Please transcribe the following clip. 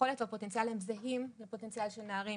היכולת והפוטנציאל שלהן הם זהים ליכולת והפוטנציאל של נערים.